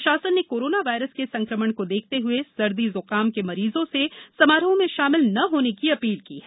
प्रशासन ने corona virus के संकमण को देखते हुए सर्दी जुकाम के मरीजों से समारोह में शामिल न होने की अपील की है